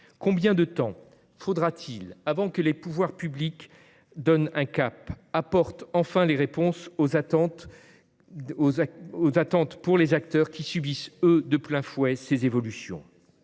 Combien de temps faudra-t-il avant que les pouvoirs publics ne donnent un cap et n'apportent enfin les réponses aux attentes des acteurs du secteur, eux qui subissent de plein fouet ces évolutions ?